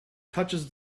touches